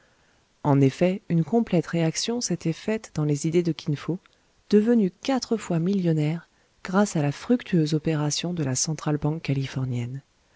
en effet une complète réaction s'était faite dans les idées de kin fo devenu quatre fois millionnaire grâce à la fructueuse opération de la centrale banque californienne